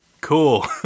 Cool